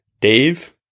Dave